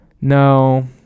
No